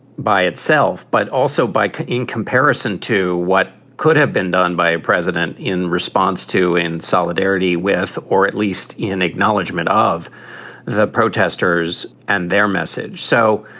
by itself, but also by in comparison to what could have been done by a president in response to in solidarity with or at least in acknowledgment of the protesters and their message. so